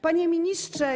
Panie Ministrze!